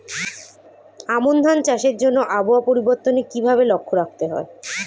আমন ধান চাষের জন্য আবহাওয়া পরিবর্তনের কিভাবে লক্ষ্য রাখতে হয়?